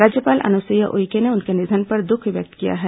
राज्यपाल अनुसुईया उइके ने उनके निधन पर दुख व्यक्त किया है